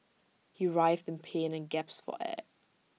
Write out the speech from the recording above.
he writhed in pain and gasped for air